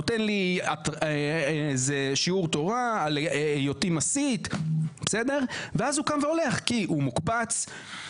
נותן שיעור תורה על היותי מסית ואז הוא קם והולך כי הוא מוקפץ למשהו,